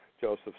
Joseph